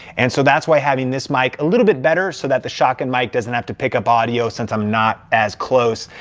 and so that's why having this mic a little bit better so that the shotgun mic doesn't have to pick up audio since i'm not as close.